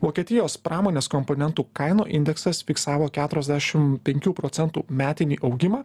vokietijos pramonės komponentų kainų indeksas fiksavo keturiasdešim penkių procentų metinį augimą